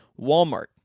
Walmart